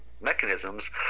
mechanisms